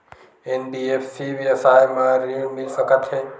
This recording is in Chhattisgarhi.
एन.बी.एफ.सी व्यवसाय मा ऋण मिल सकत हे